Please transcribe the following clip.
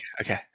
Okay